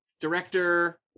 director